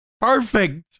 perfect